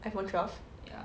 iphone twelve